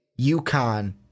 UConn